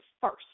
first